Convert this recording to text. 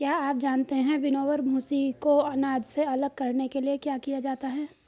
क्या आप जानते है विनोवर, भूंसी को अनाज से अलग करने के लिए किया जाता है?